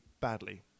badly